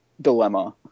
dilemma